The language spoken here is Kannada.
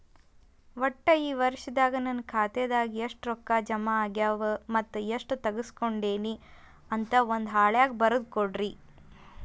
ಒಟ್ಟ ಈ ವರ್ಷದಾಗ ನನ್ನ ಖಾತೆದಾಗ ಎಷ್ಟ ರೊಕ್ಕ ಜಮಾ ಆಗ್ಯಾವ ಮತ್ತ ಎಷ್ಟ ತಗಸ್ಕೊಂಡೇನಿ ಅಂತ ಒಂದ್ ಹಾಳ್ಯಾಗ ಬರದ ಕೊಡ್ರಿ